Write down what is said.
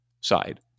side